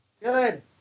Good